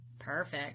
Perfect